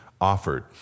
offered